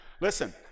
listen